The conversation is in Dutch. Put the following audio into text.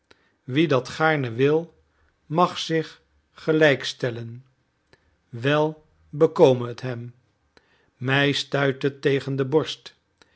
wie dat gaarne wil mag zich gelijk stellen wel bekome het hem mij stuit het tegen de borst